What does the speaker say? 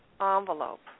envelope